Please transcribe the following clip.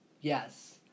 Yes